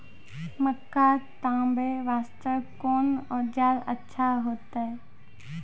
मक्का तामे वास्ते कोंन औजार अच्छा होइतै?